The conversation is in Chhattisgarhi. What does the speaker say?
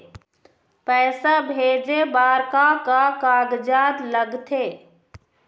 पैसा भेजे बार का का कागजात लगथे?